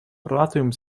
ратуем